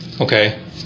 okay